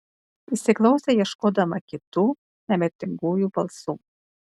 įsiklausė ieškodama kitų nemirtingųjų balsų